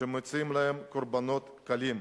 שמוצאים להם קורבנות קלים.